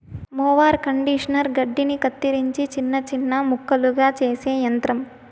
mower conditioner గడ్డిని కత్తిరించి చిన్న చిన్న ముక్కలుగా చేసే యంత్రం